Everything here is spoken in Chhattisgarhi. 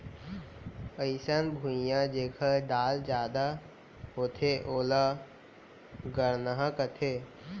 अइसन भुइयां जेकर ढाल जादा होथे ओला गरनहॉं कथें